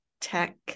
Tech